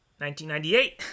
1998